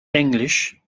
englisch